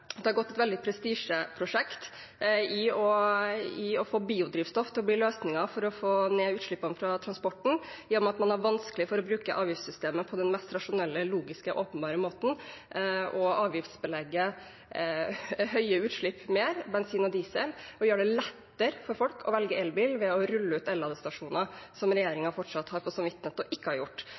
det har gått veldig prestisje i å få biodrivstoff til å bli løsningen for å få ned utslippene fra transportsektoren, i og med at man har vanskelig for å bruke avgiftssystemet på den mest rasjonelle, logiske og åpenbare måten: å avgiftsbelegge høye utslipp av bensin og diesel mer og gjøre det lettere for folk å velge elbil ved å rulle ut ladestasjoner, som regjeringen fortsatt har på samvittigheten ikke å ha gjort.